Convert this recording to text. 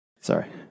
Sorry